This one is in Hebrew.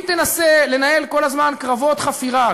אם תנסה לנהל כל הזמן קרבות חפירה,